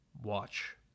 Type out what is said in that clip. watch